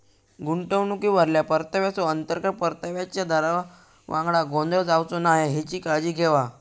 गुंतवणुकीवरल्या परताव्याचो, अंतर्गत परताव्याच्या दरावांगडा गोंधळ जावचो नाय हेची काळजी घेवा